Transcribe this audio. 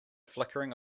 flickering